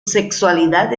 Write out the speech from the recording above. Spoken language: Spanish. sexualidad